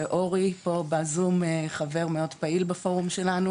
שאורי פה בזום חבר מאוד פעיל בפורום שלנו.